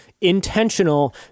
intentional